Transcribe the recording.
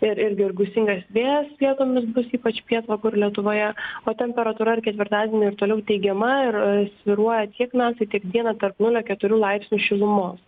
ir irig ir gūsingas vėjas vietomis bus ypač pietvakarių lietuvoje o temperatūra ir ketvirtadienį ir toliau teigiama ir svyruoja tiek naktį tiek dieną tarp nulio keturių laipsnių šilumos